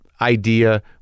idea